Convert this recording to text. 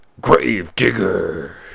Gravedigger